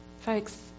Folks